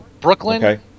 Brooklyn